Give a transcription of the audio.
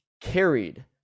carried